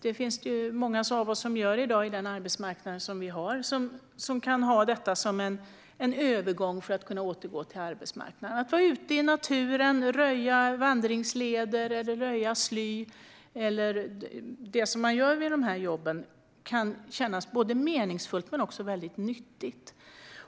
Det är det många av oss som gör i dag med tanke på den arbetsmarknad vi har. Dessa gröna jobb kan vara en övergång för att man ska kunna återgå till arbetsmarknaden. Att vara ute i naturen, röja sly och röja för vandringsleder kan kännas både meningsfullt och nyttigt.